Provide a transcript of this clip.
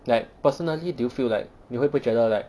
like personally do you feel like 你会不会觉得 like